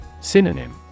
Synonym